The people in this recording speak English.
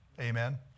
Amen